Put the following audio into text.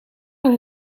aan